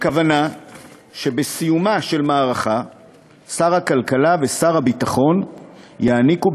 הכוונה היא שבסיומה של מערכה שר הכלכלה ושר הביטחון יעניקו,